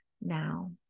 now